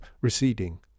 receding